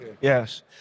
Yes